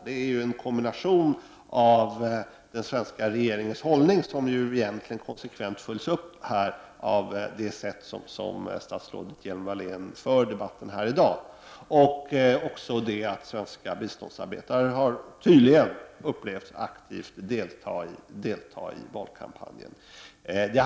Det handlar om en kombination av den svenska regeringens hållning — som egentligen konsekvent följs upp här i dag genom det sätt på vilket statsrådet Hjelm-Wallén för debatten — och att svenska biståndsarbetare har upplevts delta aktivt i valkampanjen.